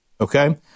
Okay